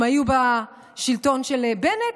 הם היו בשלטון של בנט,